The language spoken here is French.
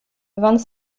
vingt